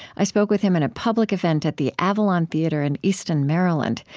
i spoke with him in a public event at the avalon theater in easton, maryland,